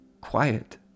quiet